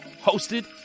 hosted